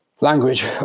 language